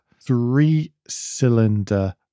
three-cylinder